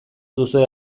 duzue